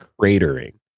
cratering